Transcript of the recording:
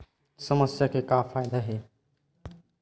समस्या के का फ़ायदा हे?